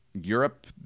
Europe